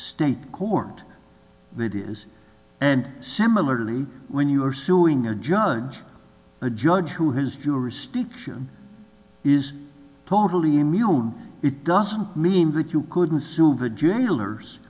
state court that is and similarly when you are suing a judge a judge who has jurisdiction is totally immune it doesn't mean that you couldn't sue for jailers